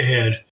ahead